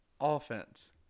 offense